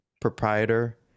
proprietor